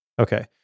Okay